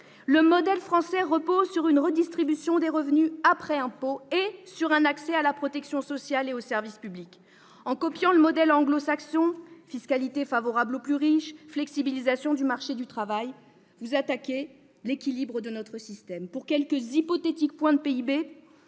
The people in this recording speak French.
Le modèle français repose sur une redistribution des revenus après impôt et sur un accès à la protection sociale et aux services publics. En copiant le modèle anglo-saxon- fiscalité favorable aux plus riches, flexibilisation du marché du travail, etc. -, vous attaquez l'équilibre de notre système. Pour quelques hypothétiques points de PIB,